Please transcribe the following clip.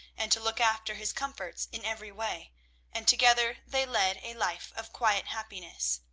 and to look after his comforts in every way and together they led a life of quiet happiness.